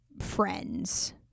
friends